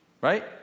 Right